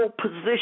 position